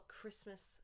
Christmas